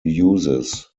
uses